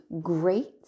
great